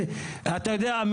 אתה יודע,